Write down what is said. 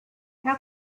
how